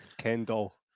Kendall